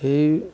সেই